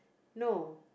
no